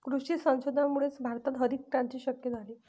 कृषी संशोधनामुळेच भारतात हरितक्रांती शक्य झाली